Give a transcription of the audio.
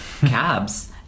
cabs